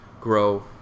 grow